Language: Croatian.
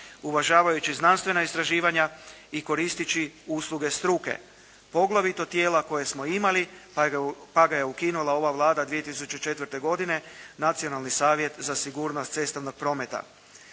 uvažavajući znanstvena istraživanja i koristeći usluge struke, poglavito tijela koja smo imali pa ga je ukinula ova Vlada 2004. godine Nacionalni savjet za sigurnost cestovnog prometa.